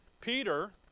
Peter